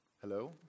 Hello